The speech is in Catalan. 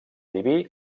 diví